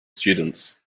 students